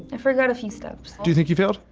i forgot a few steps. do you think you failed?